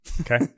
Okay